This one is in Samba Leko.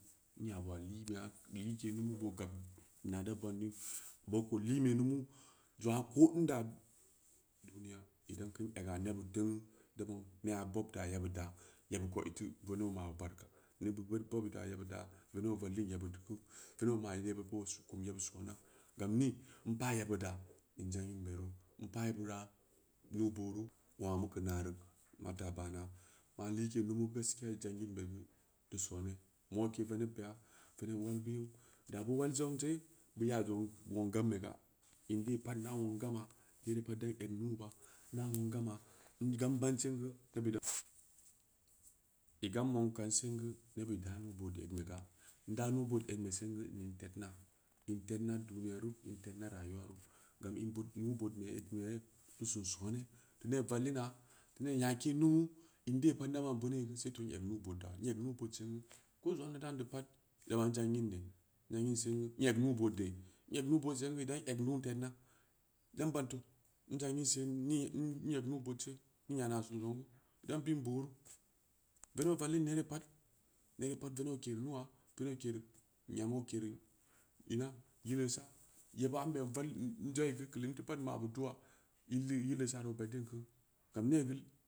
Nya ɓa likeya, geu like lumu boo hab rna da pan geu boo ko liinbe lumu, zangna koo n daa bu duniya idan kune ga nebbid teungnu, nea bob daa yebbid yebbid ko iteu veneb oo ma’ bu ɓarka, neɓɓid pad bob i daa yeɓɓidda veneb oo vallin yeɓɓid ku, venevb oo ma yeɓɓid boo kum yeb soona, gam niii, npaa yebbid da in zangin beru, np abura boo piuru nwongna muka naro mata bana, an like lumu gaskiya in zangin be gu deu sooni moke veneɓ ɓeya veneb oo mwang bim, daa bu wal sonse, buy aa zangn nwing gambe ga, mende ida nweng gama, nere pad dang egn nuu ba, na nweng gama, n gam bansengu, nebbid i gam nwong kaansengu nebbid damin bo ddedn bu ga, damin booo egn beu senga an tednna, in tednna duniya ru, inn tednna rayuwa ra, gam in bod, nuu-bood egn ɓee ye teu sin soona n neɓ vallima, nee nyake lumu, in dee pad naban beuneu seton n eg nuu- bood da, n eg nuu-ɓood sengu ko zangna neu dam pad naban n zangna neu dam pad naban n zangin ne n zangin sengu, n eg nuu-ɓood de, n eg nuu-ɓood sengu, i dan egn nuu tedmna, dan ban to n zanginse mi n eg nuu-bood see ni nyana sin zang gu bu dam bin booru veneb oo vallin neree pad neree pad veneb oo kereu nuu, veneb oo kereu, nyam ookeru nuu, veneb oo kereu, nyam oo kereu ina, yileusa, yeɓɓid amɓe val, nza geu keu limta pad n ma bu dua inleu yillewa reu oo peddin ku gam nagu.